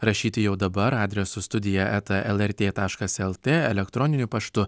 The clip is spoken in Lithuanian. rašyti jau dabar adresu studija eta lrt taškas lt elektroniniu paštu